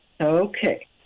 Okay